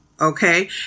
Okay